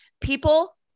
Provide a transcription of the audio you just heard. People